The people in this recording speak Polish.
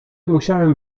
musiałem